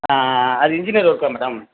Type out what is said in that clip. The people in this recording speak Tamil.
ஆ ஆ ஆ அது இன்ஜினியர் ஒர்க்கா மேடம்